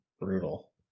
brutal